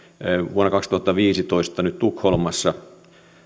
vuonna kaksituhattaviisitoista tukholmassa